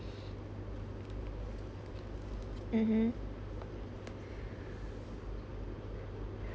mmhmm